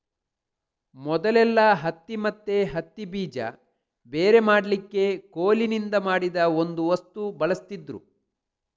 ಮೊದಲೆಲ್ಲಾ ಹತ್ತಿ ಮತ್ತೆ ಹತ್ತಿ ಬೀಜ ಬೇರೆ ಮಾಡ್ಲಿಕ್ಕೆ ಕೋಲಿನಿಂದ ಮಾಡಿದ ಒಂದು ವಸ್ತು ಬಳಸ್ತಿದ್ರು